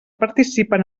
participen